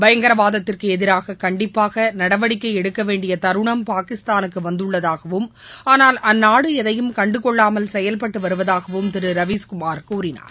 பயங்கரவாதத்திற்கு எதிராக கண்டிப்பாக நடவடிக்கை எடுக்கவேண்டிய தருணம் பாகிஸ்தானுக்கு வந்துள்ளதாகவும் ஆனால் அந்நாடு எதையும் கண்டுகொள்ளாமல் செயல்பட்டுவருவதாகவும் திரு ரவீஸ்குமார் கூறினார்